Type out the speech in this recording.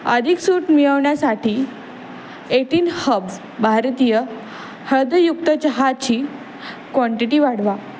अधिक सूट मिळवण्यासाठी एटीन हब्ज भारतीय हळदयुक्त चहाची कॉंटिटी वाढवा